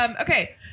Okay